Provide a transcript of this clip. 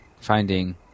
finding